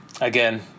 again